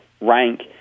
rank